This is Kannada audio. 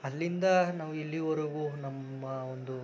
ಅಲ್ಲಿಂದ ನಾವು ಇಲ್ಲಿವರೆಗೂ ನಮ್ಮ ಒಂದು